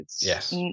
yes